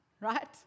right